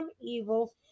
evil